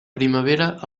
primavera